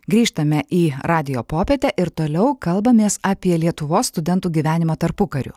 grįžtame į radijo popietę ir toliau kalbamės apie lietuvos studentų gyvenimą tarpukariu